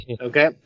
Okay